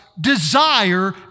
desire